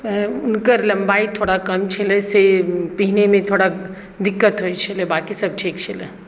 अऽ उनकर लम्बाइ थोड़ा कम छलै से पिहनैमे थोड़ा दिक्कत होइ छलै बाकी सभ ठीक छलै